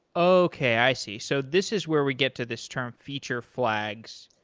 okay. i see. so this is where we get to this term feature flags.